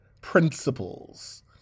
principles